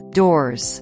doors